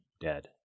dead